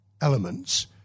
elements